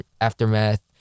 Aftermath